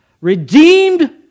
redeemed